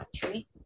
country